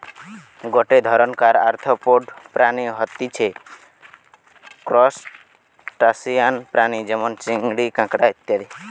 গটে ধরণকার আর্থ্রোপড প্রাণী হতিছে ত্রুসটাসিয়ান প্রাণী যেমন চিংড়ি, কাঁকড়া ইত্যাদি